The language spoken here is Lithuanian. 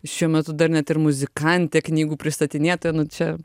šiuo metu dar net ir muzikantė knygų pristatinėtoja čia